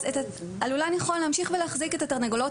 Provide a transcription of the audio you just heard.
הלולן יכול להמשיך ולהחזיק את התרנגולות